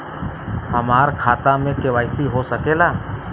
हमार खाता में के.वाइ.सी हो सकेला?